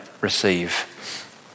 receive